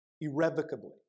irrevocably